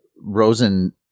Rosen